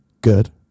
good